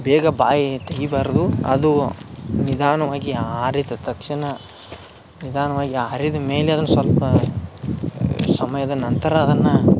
ಬೇಗ ಬಾಯಿ ತೆಗಿಬಾರದು ಅದು ನಿಧಾನವಾಗಿ ಆರಿದ ತಕ್ಷಣ ನಿಧಾನವಾಗಿ ಆರಿದ ಮೇಲೆ ಅದನ್ನ ಸ್ವಲ್ಪ ಸಮಯದ ನಂತರ ಅದನ್ನು